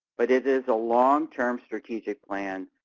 but it is a long-term strategic plan,